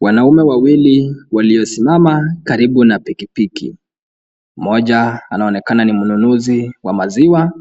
Wanaume wawili waliosimama karibu na pikipiki. Mmoja anaonekana ni mnunuzi wa maziwa